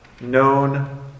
known